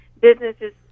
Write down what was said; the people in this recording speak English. businesses